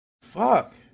Fuck